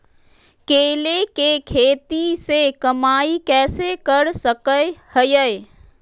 केले के खेती से कमाई कैसे कर सकय हयय?